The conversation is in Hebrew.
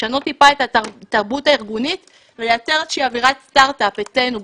לשנות טיפה את התרבות הארגונית ולייצר איזה שהיא אווירת סטרטאפ אצלנו,